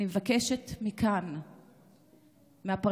אני מבקשת מכאן מהפרקליטות: